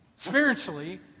spiritually